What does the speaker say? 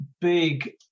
big